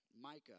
Micah